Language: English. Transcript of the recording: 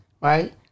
right